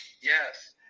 Yes